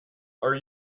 are